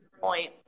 point